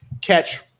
catch